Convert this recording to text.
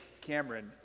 Cameron